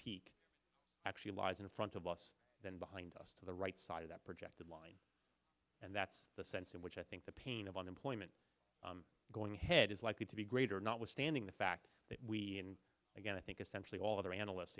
peak actually lies in front of us then behind us to the right side of that projected line and that's the sense in which i think the pain of unemployment going ahead is likely to be greater notwithstanding the fact that we and again i think essentially all of our analysts